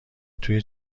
توی